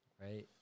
Right